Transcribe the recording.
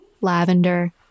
lavender